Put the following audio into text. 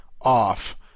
off